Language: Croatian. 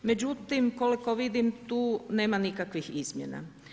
Međutim, koliko vidim tu nema nikakvih izmjena.